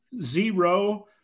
Zero